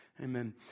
Amen